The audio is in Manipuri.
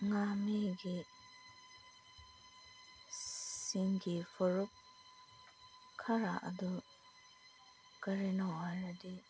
ꯉꯥꯃꯤꯒꯤ ꯆꯤꯡꯒꯤ ꯐꯨꯔꯨꯞ ꯈꯔ ꯑꯗꯨ ꯀꯔꯤꯅꯣ ꯍꯥꯏꯔꯗꯤ